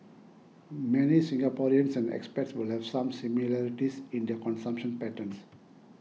many Singaporeans and expats will have some similarities in their consumption patterns